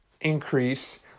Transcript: increase